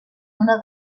una